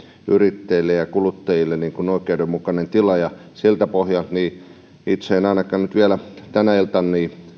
yrittäjille ja kuluttajille oikeudenmukainen tila siltä pohjalta itse en ainakaan nyt vielä tänä iltana